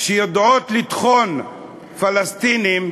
שיודעות לטחון פלסטינים,